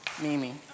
Mimi